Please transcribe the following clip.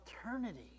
eternity